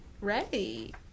ready